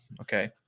Okay